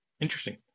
Interesting